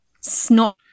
snot